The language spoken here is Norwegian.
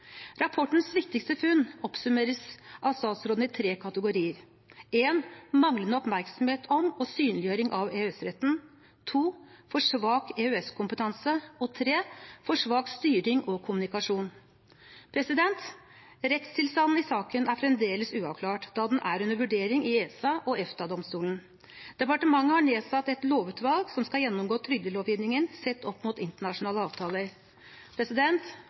Rapportens viktigste funn oppsummeres av statsråden i tre kategorier: manglende oppmerksomhet om og synliggjøring av EØS-retten for svak EØS-kompetanse for svak styring og kommunikasjon Rettstilstanden i saken er fremdeles uavklart, da den er under vurdering i ESA og EFTA-domstolen. Departementet har nedsatt et lovutvalg som skal gjennomgå trygdelovgivningen sett opp mot internasjonale avtaler.